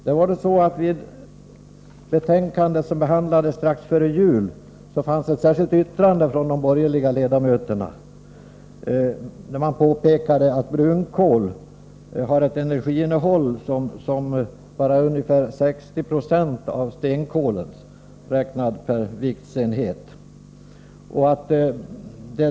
I det betänkande som behandlades strax före jul finns ett särskilt yttrande från de borgerliga ledamöterna, vari påpekas att brunkol har ett energiinnehåll som är bara 60 20 av stenkolets räknat per viktsenhet.